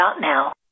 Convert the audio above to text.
now